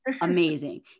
amazing